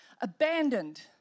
abandoned